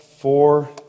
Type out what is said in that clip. four